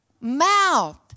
mouth